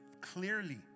clearly